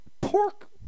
pork